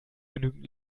genügend